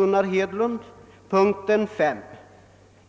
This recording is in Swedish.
Där står under punkten V: